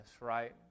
right